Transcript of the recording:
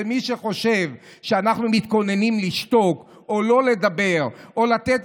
ומי שחושב שאנחנו מתכוננים לשתוק או לא לדבר או לתת,